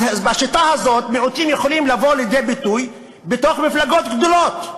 אז בשיטה הזאת מיעוטים יכולים לבוא לידי ביטוי בתוך מפלגות גדולות.